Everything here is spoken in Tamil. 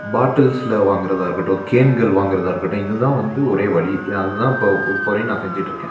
பாட்டில்ஸ்ல வாங்குறதா இருக்கட்டும் கேன்கள் வாங்குறதா இருக்கட்டும் இது தான் வந்து ஒரே வழி ஏ அது தான் இப்போது இப்போ வரையும் நான் செஞ்சிகிட்ருக்கேன்